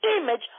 image